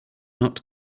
not